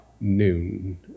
noon